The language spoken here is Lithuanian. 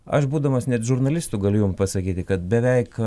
aš būdamas net žurnalistu galiu jum pasakyti kad beveik